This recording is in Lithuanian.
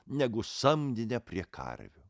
negu samdine prie karvių